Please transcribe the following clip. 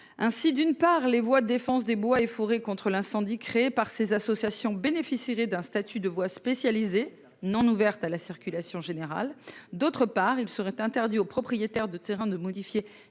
Ainsi, d'une part les voix défense des bois et forêts contre l'incendie créée par ces associations bénéficieraient d'un statut de voix spécialisée non ouverte à la circulation générale. D'autre part, il serait interdit aux propriétaires de terrain de modifier